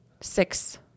six